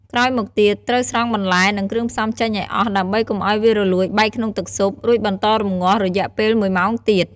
ក្រោយមកទៀត ត្រូវស្រង់បន្លែ និងគ្រឿងផ្សំចេញឱ្យអស់ដើម្បីកុំឱ្យវារលួយបែកក្នុងទឹកស៊ុប រួចបន្តរម្ងាស់រយៈពេលមួយម៉ោងទៀត។